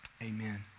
amen